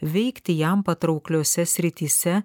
veikti jam patraukliose srityse